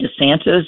DeSantis